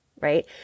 right